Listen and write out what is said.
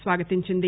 స్వాగతించింది